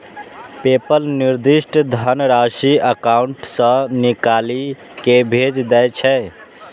PayPal निर्दिष्ट धनराशि account सं निकालि कें भेज दै छै